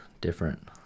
different